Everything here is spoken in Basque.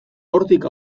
hortik